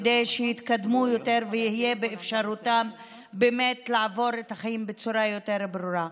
כדי שיתקדמו יותר ויהיה באפשרותם באמת לעבור את החיים בצורה יותר ברורה.